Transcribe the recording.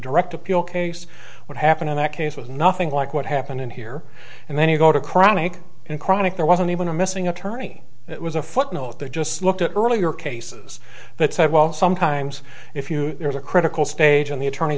direct appeal case what happened in that case was nothing like what happened in here and then you go to chronic and chronic there wasn't even a missing attorney it was a footnote they just looked at earlier cases that said well sometimes if you're in a critical stage and the attorney